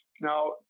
Now